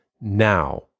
now